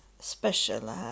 special